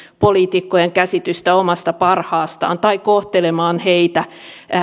poliitikkojen käsitystä omasta parhaastaan tai kohtelemaan heitä